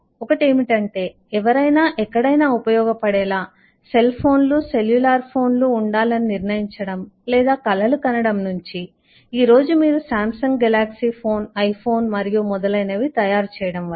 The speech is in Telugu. ఒకటి ఏమిటంటే ఎవరైనా ఎక్కడైనా ఉపయోగపడేలా సెల్ ఫోన్లు సెల్యులార్ ఫోన్లు ఉండాలని నిర్ణయించడం లేదా కలలు కనడం నుంచి ఈ రోజు మీరు శామ్సంగ్ గెలాక్సీ ఫోన్ ఐఫోన్ మరియు మొదలైనవి తయారు చేయడం వరకు